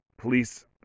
police